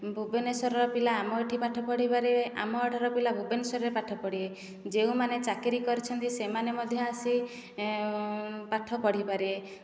ଭୁବନେଶ୍ୱରର ପିଲା ଆମ ଏଠି ପାଠ ପଢ଼ିପାରିବେ ଆମ ଏଠିର ପିଲା ଭୁବନେଶ୍ୱରରେ ପାଠ ପଢ଼ିବେ ଯେଉଁମାନେ ଚାକିରୀ କରିଛନ୍ତି ସେମାନେ ମଧ୍ୟ ଆସି ପାଠ ପଢ଼ିପାରିବେ